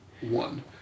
one